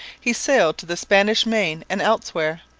he sailed to the spanish main and elsewhere,